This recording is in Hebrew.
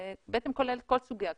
זה בעצם כולל את כל סוגי הכרטיסים.